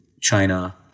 China